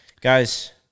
Guys